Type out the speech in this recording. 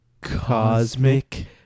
Cosmic